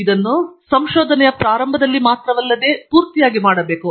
ಇದನ್ನು ಸಂಶೋಧನೆಯ ಪ್ರಾರಂಭದಲ್ಲಿ ಮಾತ್ರವಲ್ಲದೇ ಪೂರ್ತಿಯಾಗಿ ಮಾಡಬೇಕು